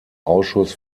ausschuss